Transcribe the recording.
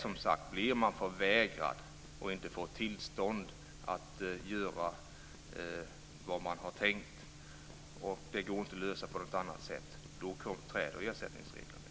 Om man inte får tillstånd att göra vad man har tänkt och det inte går att lösa på något annat sätt, träder ersättningsreglerna in.